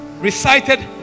recited